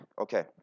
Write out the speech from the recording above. Okay